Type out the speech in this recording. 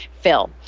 Phil